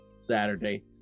Saturday